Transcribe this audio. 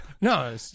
No